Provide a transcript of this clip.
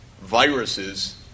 viruses